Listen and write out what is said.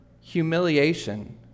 humiliation